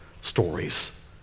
stories